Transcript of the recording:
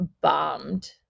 bombed